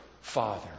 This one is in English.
Father